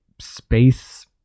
space